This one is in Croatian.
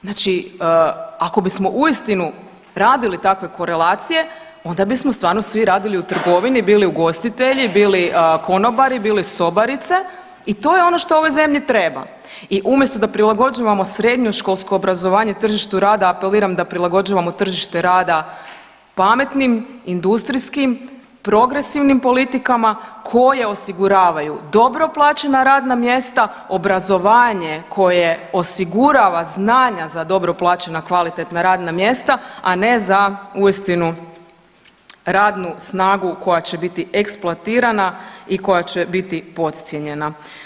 Znači ako bismo uistinu radili takve korelacije onda bismo stvarno svi radili u trgovini, bili ugostitelji, bili konobari, bili sobarice i to je ono što ovoj zemlji treba i umjesto da prilagođavamo srednjoškolsko obrazovanje tržištu rada apeliram da prilagođavamo tržište rada pametnim, industrijskim progresivnim politikama koje osiguravaju dobro plaćena radna mjesta, obrazovanje koje osigurava znanja za dobro plaćena kvalitetna radna mjesta, a ne za uistinu radnu snagu koja će biti eksploatirana i koja će biti podcijenjena.